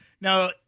now